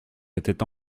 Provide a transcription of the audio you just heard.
était